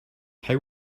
how